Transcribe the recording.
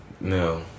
No